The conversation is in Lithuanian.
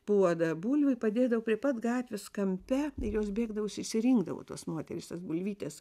puodą bulvių padėdavo prie pat gatvės kampe jos bėgdavo jos išsirinkdavo tos moterys tas bulvytes